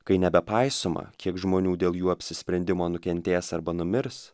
kai nebepaisoma kiek žmonių dėl jų apsisprendimo nukentės arba numirs